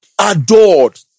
adored